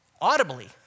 audibly